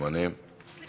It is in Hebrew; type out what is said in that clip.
אורלי,